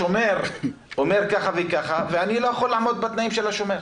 השומר אומר ככה וככה ואני לא יכול לעמוד בתנאים של השומר.